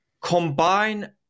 combine